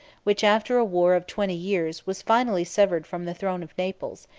which, after a war of twenty years, was finally severed from the throne of naples,